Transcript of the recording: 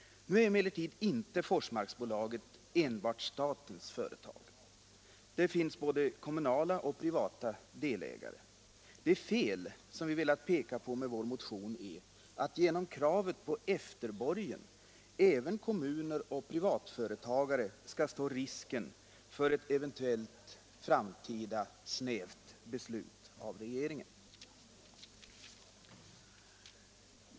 Nu är emellertid Forsmarksbolaget inte enbart statens företag. Det finns både kommunala och privata delägare. Det fel som vi velat peka på med vår motion är att genom kravet på efterborgen även kommuner och privatföretagare skall stå risken för ett eventuellt framtida snävt beslut av regeringen.